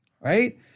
Right